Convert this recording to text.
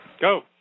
Go